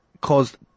caused